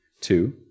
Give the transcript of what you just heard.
Two